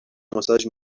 ماساژ